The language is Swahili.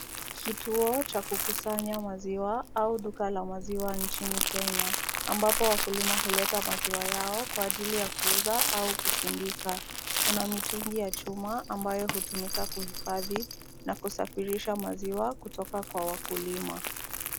Kituo cha kukusanya maziwa au duka la maziwa nchini Kenya, ambapo wakulima huleta maziwa yao kwa ajili ya kuuza au kusindika. Kuna mitungi ya chuma ambayo hutumika kuhifadhi, na kusafirisha maziwa kutoka kwa wakulima.